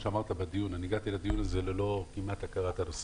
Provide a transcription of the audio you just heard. אני הגעתי לדיון הזה כמעט ללא הכרת הנושא.